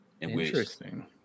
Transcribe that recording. Interesting